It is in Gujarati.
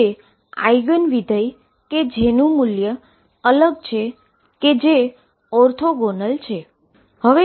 જે આઇગન ફંક્શન કે જેનુ આઈગન વેલ્યુ અલગ છે કે જે ઓર્થોગોનલ છે